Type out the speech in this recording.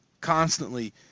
constantly